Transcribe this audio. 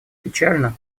печально